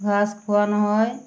ঘাস খাওয়ানো হয়